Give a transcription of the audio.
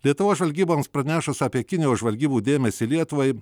lietuvos žvalgyboms pranešus apie kinijos žvalgybų dėmesį lietuvai